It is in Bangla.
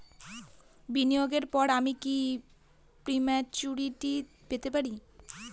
বিনিয়োগের পর আমি কি প্রিম্যচুরিটি পেতে পারি?